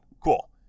Cool